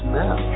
now